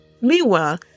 Meanwhile